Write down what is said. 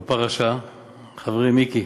חברי מיקי,